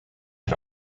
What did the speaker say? had